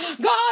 God